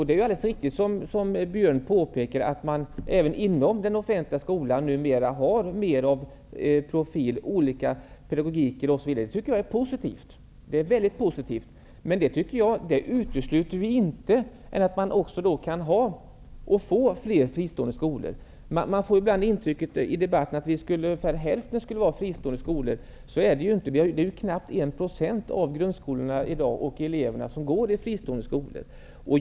Det är alldeles riktigt, som Björn Samuelson påpekar, att man även den offentliga skolan nu har mer av profil, olika former av pedagogik, osv. Det tycker jag är positivt. Detta utesluter inte att man också kan få fler fristående skolor. Man får ibland intrycket i debatten att ungefär hälften av grundskolorna skulle vara fristående skolor. Så är det ju inte. Det är knappt en procent av eleverna som i dag går i fristående skolor.